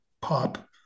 pop